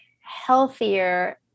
healthier